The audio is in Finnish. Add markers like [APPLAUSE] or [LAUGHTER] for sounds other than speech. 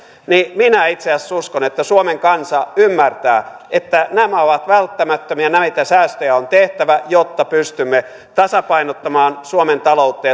niin minä itse asiassa uskon että suomen kansa ymmärtää että nämä ovat välttämättömiä näitä säästöjä on tehtävä jotta pystymme tasapainottamaan suomen taloutta [UNINTELLIGIBLE]